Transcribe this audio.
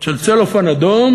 של צלופן אדום,